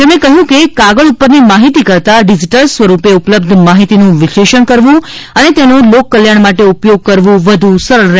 તેમણે કહ્યું કેકાગળ ઉપરની માહિતી કરતા ડિજીટલ સ્વરૂપે ઉપલબ્ધ માહિતીનું વિશ્લેષણ કરવું અને તેનો લોકકલ્યાણમાટે ઉપયોગ કરવું વધુ સરળ રહેશે